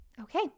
Okay